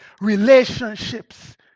relationships